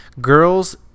Girls